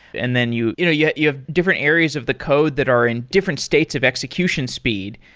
and then you you know yeah you have different areas of the code that are in different states of execution speed.